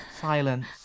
Silence